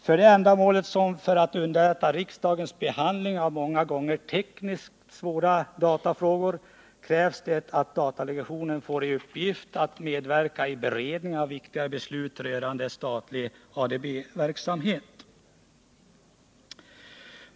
För det ändamålet liksom för att underlätta riksdagens behandling av många gånger tekniskt svåra datafrågor krävs det att datadelegationen får i uppgift att medverka i beredning av viktiga beslut rörande statlig ADB-verksamhet.